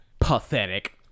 Pathetic